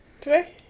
today